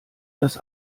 dass